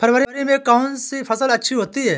फरवरी में कौन सी फ़सल अच्छी होती है?